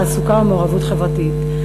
תעסוקה ומעורבות חברתית.